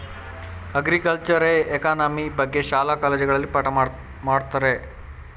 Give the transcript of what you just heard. ಅಗ್ರಿಕಲ್ಚರೆ economy ಬಗ್ಗೆ ಶಾಲಾ ಕಾಲೇಜುಗಳಲ್ಲಿ ಪಾಠ ಮಾಡತ್ತರೆ